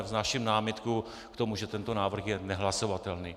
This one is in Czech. Vznáším námitku k tomu, že tento návrh je nehlasovatelný.